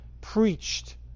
preached